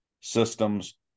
systems